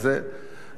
כמובן,